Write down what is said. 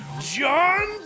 john